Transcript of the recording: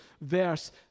verse